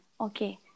okay